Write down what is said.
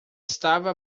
estava